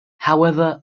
however